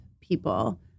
people